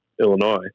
Illinois